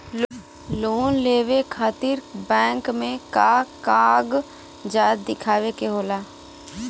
Loan लेवे खातिर bank मे का कागजात दिखावे के होला?